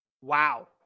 Wow